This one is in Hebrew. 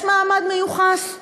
יש מעמד מיוחס.